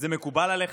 זה מקובל עליך?